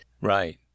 right